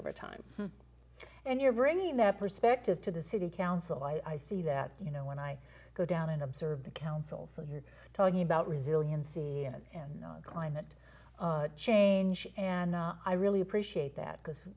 over time and you're bringing that perspective to the city council i see that you know when i go down and observe the council so you're talking about resiliency and climate change and i really appreciate that because